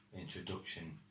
introduction